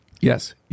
Yes